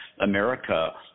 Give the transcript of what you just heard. America